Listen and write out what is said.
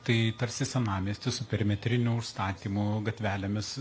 tai tarsi senamiestis su perimetriniu užstatymu gatvelėmis